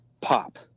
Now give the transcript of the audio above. pop